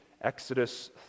Exodus